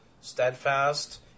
steadfast